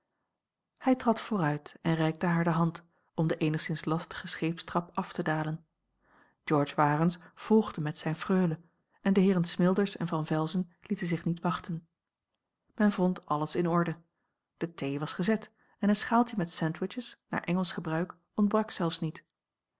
hij trad vooruit en reikte haar de hand om de eenigszins lastige scheepstrap af te dalen george warens volgde met zijne freule en de heeren smilders en van velzen lieten zich niet wachten men vond alles in orde de thee was gezet en een schaaltje met sandwiches naar engelsch gebruik ontbrak zelfs niet